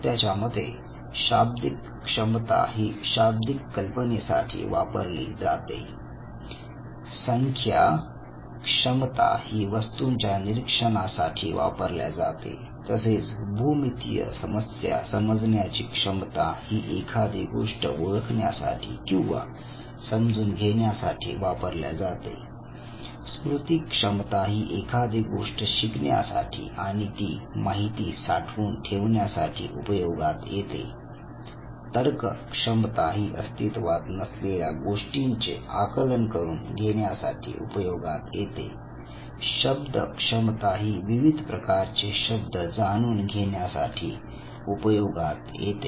त्याच्या मते शाब्दिक क्षमता ही शाब्दिक कल्पनेसाठी वापरली जाते संख्या क्षमता गणीतिय कामासाठी जसे बेरीज वजाबाकी गुणाकार भागाकार यासाठी वापरले जाते स्थानिक क्षमता ही वस्तूंच्या निरीक्षणासाठी वापरल्या जाते जसे भूमितीय समस्या समजण्याची क्षमता ही एखादी गोष्ट ओळखण्यासाठी किंवा समजून घेण्यासाठी वापरल्या जाते स्मृती क्षमता ही एखादी गोष्ट शिकण्यासाठी आणि ती माहिती साठवून ठेवण्यासाठी उपयोगात येते तर्क क्षमता ही अस्तित्वात नसलेल्या गोष्टींचे आकलन करून घेण्यासाठी उपयोगात येते शब्द क्षमता ही विविध प्रकारचे शब्द जाणून घेण्यासाठी उपयोगात येते